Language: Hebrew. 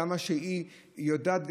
כמה שהיא יודעת,